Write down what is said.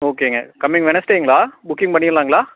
ஓகேங்க coming வெனஸ்டேங்களா booking பண்ணிடலாங்களா